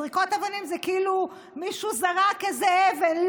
זריקות אבנים זה כאילו מישהו זרק איזה אבן.